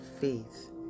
faith